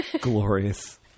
Glorious